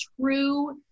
true